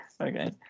Okay